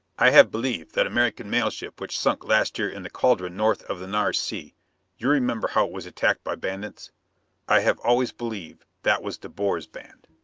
i have believe that american mail-ship which sank last year in the cauldron north of the nares sea you remember how it was attacked by bandits i have always believe that was de boer's band.